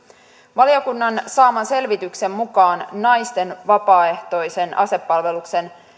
valiokunnan saaman selvityksen mukaan naisten vapaaehtoisen asepalveluksen